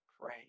pray